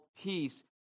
peace